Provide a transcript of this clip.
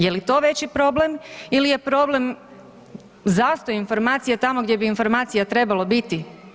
Je li to veći problem ili je problem zastoj informacija tamo gdje bi informacija trebalo biti.